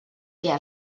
què